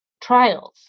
trials